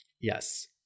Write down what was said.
Yes